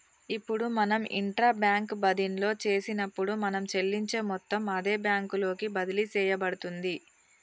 ఇప్పుడు మనం intra bank బదిన్లో చేసినప్పుడు మనం చెల్లించే మొత్తం అదే బ్యాంకు లోకి బదిలి సేయబడుతుంది